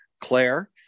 Claire